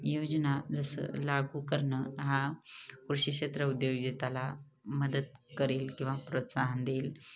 योजना जसं लागू करणं हा कृषी क्षेत्र उद्योजकताला मदत करेल किंवा प्रोत्साहन देईल